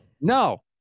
No